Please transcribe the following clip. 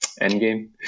Endgame